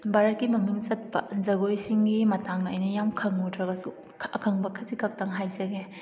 ꯚꯥꯔꯠꯀꯤ ꯃꯃꯤꯡ ꯆꯠꯄ ꯖꯒꯣꯏꯁꯤꯡꯒꯤ ꯃꯇꯥꯡꯗ ꯑꯩꯅ ꯌꯥꯝ ꯈꯪꯎꯗ꯭ꯔꯒꯁꯨ ꯑꯈꯪꯕ ꯈꯖꯤꯛꯈꯇꯪ ꯍꯥꯏꯖꯒꯦ